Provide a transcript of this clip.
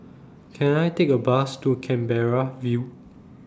Can I Take A Bus to Canberra View